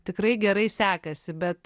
tikrai gerai sekasi bet